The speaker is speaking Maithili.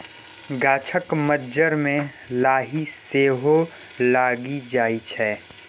गाछक मज्जर मे लाही सेहो लागि जाइ छै